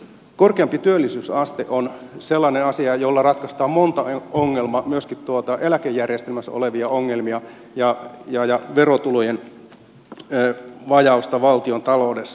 korkeampi työllisyysaste on sellainen asia jolla ratkaistaan monta ongelmaa myöskin eläkejärjestelmässä olevia ongelmia ja verotulojen vajausta valtiontaloudessa